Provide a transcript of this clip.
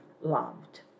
loved